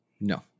No